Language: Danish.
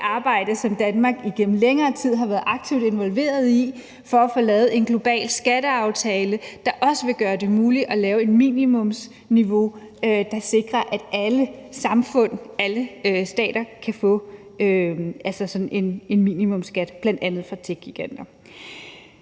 det arbejde, som Danmark igennem længere tid har været aktivt involveret i, for at få lavet en global skatteaftale, der også vil gøre det muligt at lave et minimumsniveau, der sikrer, at alle samfund, alle stater, kan få en minimumsskat, bl.a. for techgiganter.